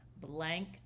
Blank